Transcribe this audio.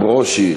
ברושי,